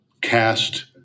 cast